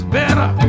better